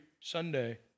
Sunday